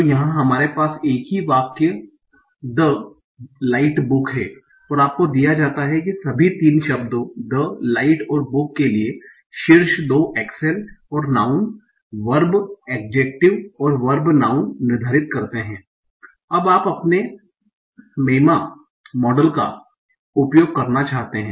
तो यहाँ हमारे पास एक ही वाक्य द लाइट बुक है और आपको दिया जाता है कि सभी तीन शब्दों द लाइट और बुक के लिए शीर्ष दो एक्सेल और नाऊँन वर्ब एड्जेक्टिव और वर्ब नाउँन निर्धारित करते हैं अब आप अपने MEMA मॉडल का उपयोग करना चाहते हैं